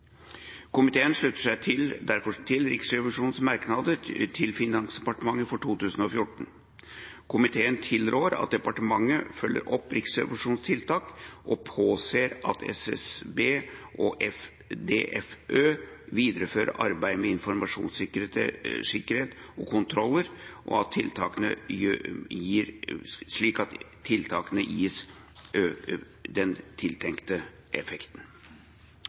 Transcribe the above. Komiteen slutter seg derfor til Riksrevisjonens merknader til Finansdepartementet for 2014. Komiteen tilrår at departementet følger opp Riksrevisjonens tiltak og påser at SSB og DFØ viderefører arbeidet med informasjonssikkerhet og kontroller, slik at tiltakene gis den tiltenkte effekten.